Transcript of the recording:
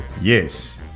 yes